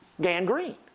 gangrene